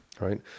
Right